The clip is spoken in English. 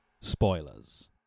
spoilers